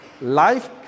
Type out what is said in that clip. Life